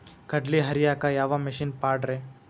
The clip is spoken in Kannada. ಕಡ್ಲಿ ಹರಿಯಾಕ ಯಾವ ಮಿಷನ್ ಪಾಡ್ರೇ?